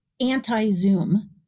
anti-Zoom